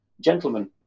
gentlemen